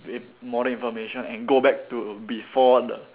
modern information and go back to before the